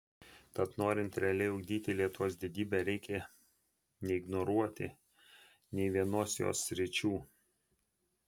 tad norint realiai ugdyti lietuvos didybę reikia neignoruoti nei vienos jos sričių